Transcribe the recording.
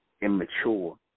immature